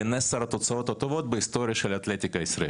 בין עשר התוצאות הטובות בהיסטוריה של האתלטיקה ישראלית.